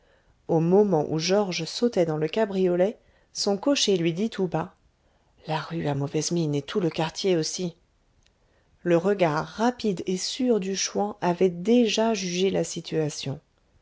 au moment où georges sautait dans le cabriolet son cocher lui dit tout bas la rue a mauvaise mine et tout le quartier aussi le regard rapide et sûr du chouan avait déjà jugé la situation